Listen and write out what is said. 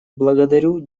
благодарю